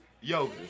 yoga